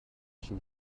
she